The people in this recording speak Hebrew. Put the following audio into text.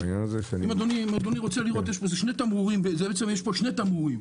אדוני רוצה לראות, בעצם יש פה שני תמרורים.